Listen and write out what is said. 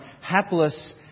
hapless